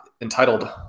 entitled